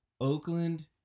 Oakland